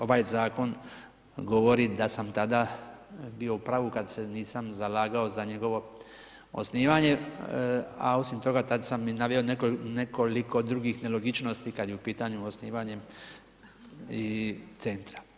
Ovaj zakon govori da sam tada bio u pravu, kada se nisam zalagao za njegovo osnivanje, a osim toga, tada sam naveo i nekoliko drugih nelogičnosti, kada je u pitanju osnivanje i centra.